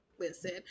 Listen